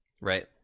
Right